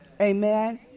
Amen